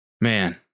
Man